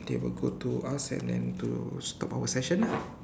they will go to us and then to stop our session lah